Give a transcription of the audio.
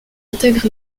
intègre